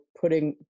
putting